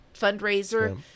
fundraiser